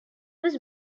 was